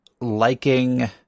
liking